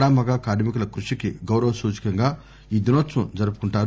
ఆడా మగా కార్మి కుల కృషికి గౌరవ సూచకంగా ఈ దినోత్సవం జరుపుకుంటారు